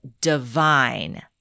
divine